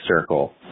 circle